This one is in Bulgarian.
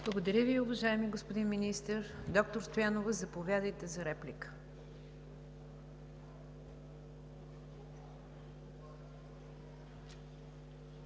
Благодаря Ви, уважаеми господин Министър. Доктор Стоянова, заповядайте за реплика.